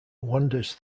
wanders